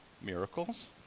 miracles